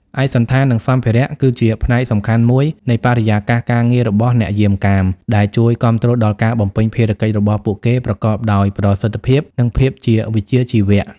ឯកសណ្ឋាន និងសម្ភារៈ គឺជាផ្នែកសំខាន់មួយនៃបរិយាកាសការងាររបស់អ្នកយាមកាម ដែលជួយគាំទ្រដល់ការបំពេញភារកិច្ចរបស់ពួកគេប្រកបដោយប្រសិទ្ធភាព និងភាពជាវិជ្ជាជីវៈ។